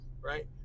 right